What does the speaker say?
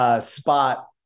spot